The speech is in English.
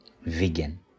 vegan